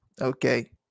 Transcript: Okay